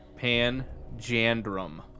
Panjandrum